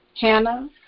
Hannah